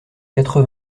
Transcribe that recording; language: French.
quatre